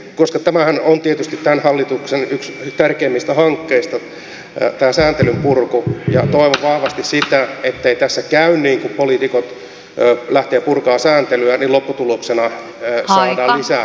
koska tämä sääntelyn purkuhan on tietysti tämän hallituksen yksi tärkeimmistä hankkeista toivon vahvasti sitä ettei tässä käy niin että kun poliitikot lähtevät purkamaan sääntelyä niin lopputuloksena saadaan lisää sääntelyä